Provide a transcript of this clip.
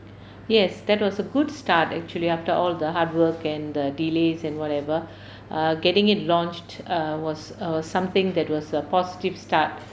yes that was a good start actually after all the hard work and the delays and whatever err getting it launched err was err something that was a positive start